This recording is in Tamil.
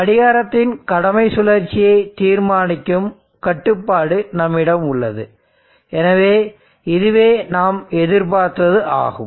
கடிகாரத்தின் கடமை சுழற்சியை தீர்மானிக்கும் கட்டுப்பாடு நம்மிடம் உள்ளது எனவே இதுவே நாம் எதிர்பார்த்தது ஆகும்